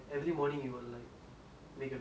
oh shit ya then rooster